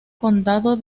condado